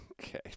Okay